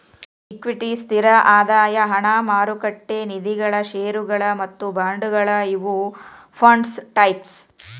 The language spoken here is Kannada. ಇಕ್ವಿಟಿ ಸ್ಥಿರ ಆದಾಯ ಹಣ ಮಾರುಕಟ್ಟೆ ನಿಧಿಗಳ ಷೇರುಗಳ ಮತ್ತ ಬಾಂಡ್ಗಳ ಇವು ಫಂಡ್ಸ್ ಟೈಪ್ಸ್